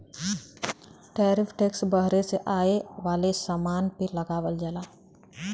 tariff tax बहरे से आये वाले समान पे लगावल जाला